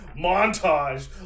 montage